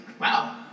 Wow